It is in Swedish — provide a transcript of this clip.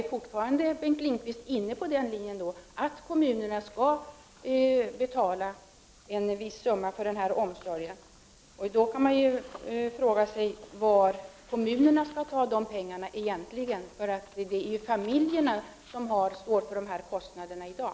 Är Bengt Lindqvist fortfarande inne på den linjen, att kommunerna skall betala en viss summa för denna omsorg? Då kan man ju fråga sig varifrån kommunerna skall ta de pengarna egentligen. Det är ju familjerna som står för kostnaderna i dag.